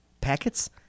Packets